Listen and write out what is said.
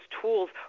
tools